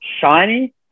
shiny